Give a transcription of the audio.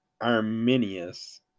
Arminius